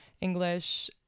English